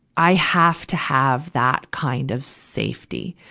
i have to have that kind of safety,